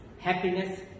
Happiness